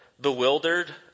bewildered